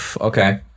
okay